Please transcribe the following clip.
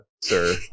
sir